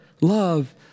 love